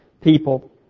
people